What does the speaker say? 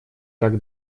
так